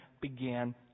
began